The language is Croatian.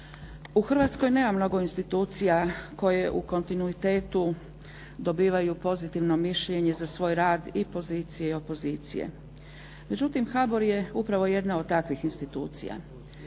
U Hrvatskoj nema mnogo institucija koje u kontinuitetu dobivaju pozitivno mišljenje za svoj rad i pozicije i opozicije. Međutim, HBOR je upravo jedna od takvih institucija.